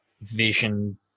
Vision